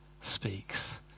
speaks